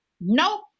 Nope